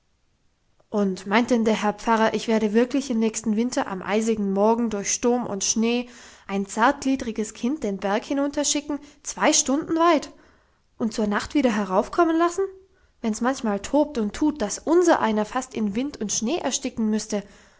und meint denn der herr pfarrer ich werde wirklich im nächsten winter am eisigen morgen durch sturm und schnee ein zartgliedriges kind den berg hinunterschicken zwei stunden weit und zur nacht wieder heraufkommen lassen wenn's manchmal tobt und tut dass unsereiner fast in wind und schnee ersticken müsste